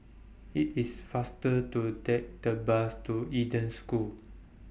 IT IS faster to Take The Bus to Eden School